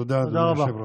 תודה, אדוני היושב-ראש.